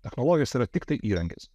technologijos yra tiktai įrankis